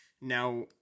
Now